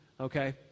Okay